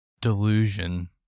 delusion